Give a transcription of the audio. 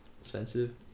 expensive